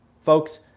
Folks